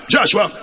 Joshua